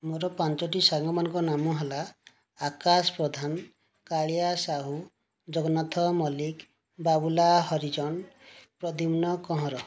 ମୋର ପାଞ୍ଚ ଟି ସାଙ୍ଗ ମାନଙ୍କ ନାମ ହେଲା ଆକାଶ ପ୍ରଧାନ କାଳିଆ ସାହୁ ଜଗନ୍ନାଥ ମଲ୍ଲିକ ବାବୁଲା ହରିଜନ ପ୍ରଦ୍ୟୁମ୍ନ କହଁର